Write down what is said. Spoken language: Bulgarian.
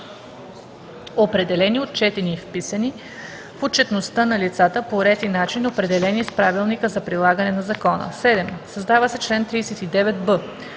определени, отчетени и вписани в отчетността на лицата по ред и начин, определени с правилника за прилагане на закона. 7. Създава се чл. 39б: